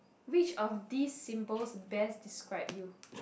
which of these symbols best describe you